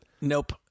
Nope